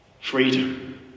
Freedom